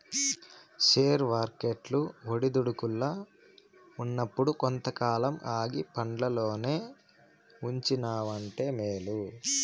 share వర్కెట్లు ఒడిదుడుకుల్ల ఉన్నప్పుడు కొంతకాలం ఆగి పండ్లల్లోనే ఉంచినావంటే మేలు